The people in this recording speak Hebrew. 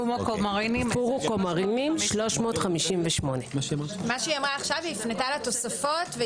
פומו קומרינים 358. היא הפנתה לתוספות.